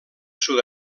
sud